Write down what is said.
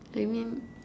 I mean